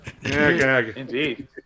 indeed